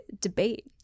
debate